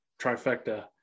trifecta